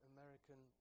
American